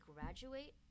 graduate